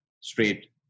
straight